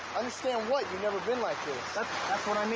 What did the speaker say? understand what? you've never been like you know i mean